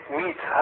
meet